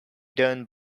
done